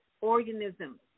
organisms